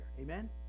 Amen